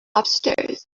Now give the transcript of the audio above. upstairs